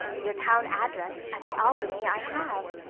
your town address at the albany i have.